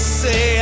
say